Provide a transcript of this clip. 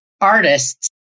artists